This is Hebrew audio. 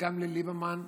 לליברמן,